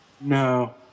No